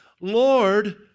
Lord